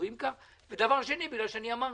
סבורים כך, 2. בגלל שאמרתי.